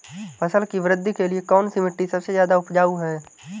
फसल की वृद्धि के लिए कौनसी मिट्टी सबसे ज्यादा उपजाऊ है?